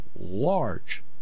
large